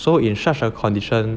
so in such a condition